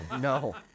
No